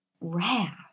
wrath